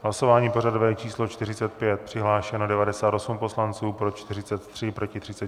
Hlasování pořadové číslo 45, přihlášeno 98 poslanců, pro 43, proti 36.